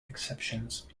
exceptions